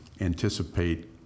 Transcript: anticipate